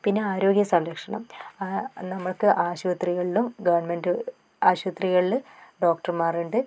പിന്നെ ആരോഗ്യസംരക്ഷണം നമുക്ക് ആശുപത്രികളിലും ഗവൺമെന്റ് അശുപത്രകളിൽ ഡോക്ടർമാരുണ്ട്